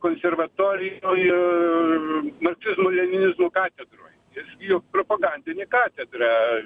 konservatorijoj marksizmo leninizmo katedroj juk propagandinė katedra